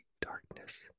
darkness